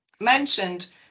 mentioned